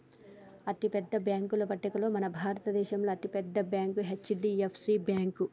అతిపెద్ద బ్యేంకుల పట్టికలో మన భారతదేశంలో అతి పెద్ద బ్యాంక్ హెచ్.డి.ఎఫ్.సి బ్యేంకు